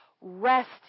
rest